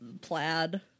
plaid